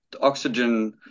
oxygen